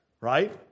right